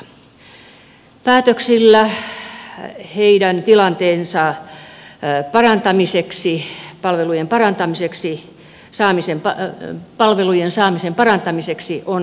päätöksillä heidän tilanteensa parantamiseksi palvelujen saamisen parantamiseksi on